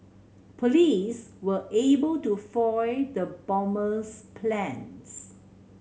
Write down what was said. police were able to foil the bomber's plans